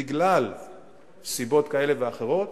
בגלל סיבות כאלה ואחרות,